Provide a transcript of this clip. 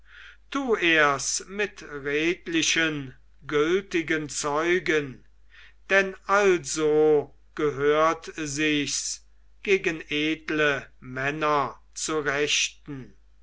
tu ers mit redlichen gültigen zeugen denn also gehört sichs gegen edle männer zu rechten